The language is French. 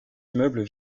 immeubles